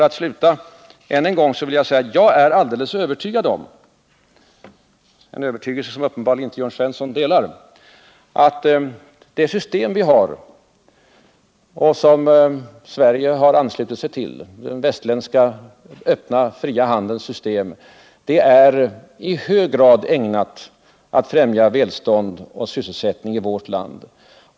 Avslutningsvis vill jag säga att jag är alldeles övertygad om — det är en övertygelse som Jörn Svensson uppenbarligen inte delar — att det system vi har genom att Sverige har anslutit sig till den västerländska öppna, fria handelns system är i hög grad ägnat att främja välstånd och sysselsättning i vårt land.